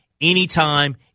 anytime